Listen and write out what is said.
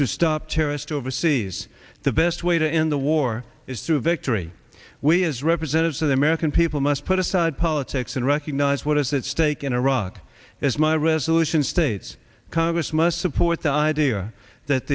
to stop terrorist overseas the best way to end the war is through victory we as representatives of the american people must put aside politics and recognize what is its stake in iraq as my resolution states congress must support the idea that